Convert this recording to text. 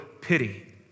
pity